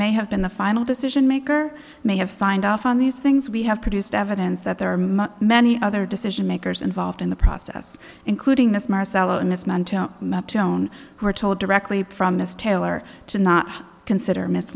may have been the final decision maker may have signed off on these things we have produced evidence that there are much many other decision makers involved in the process including miss marcello and this month we're told directly from miss taylor to not consider m